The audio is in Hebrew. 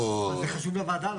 זה חשוב לוועדה.